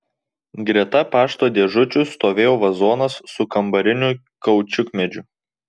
greta pašto dėžučių stovėjo vazonas su kambariniu kaučiukmedžiu